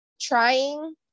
Trying